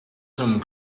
some